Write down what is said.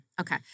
Okay